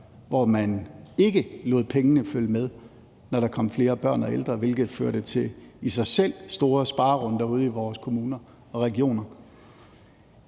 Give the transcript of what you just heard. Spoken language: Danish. hvor man ikke lod pengene følge med, når der kom flere børn og ældre, hvilket i sig selv førte til store sparerunder ude i vores kommuner og regioner.